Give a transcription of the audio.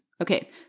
Okay